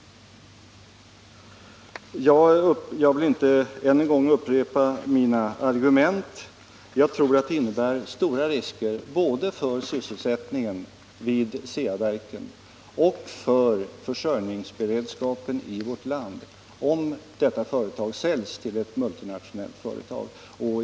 Jag vill inte än en gång upprepa mina argument. Men jag tror att det innebär stora risker både för sysselsättningen vid Ceaverken och för försörjningsberedskapen i vårt land om detta företag säljs till ett multinationellt företag.